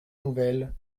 nouvelle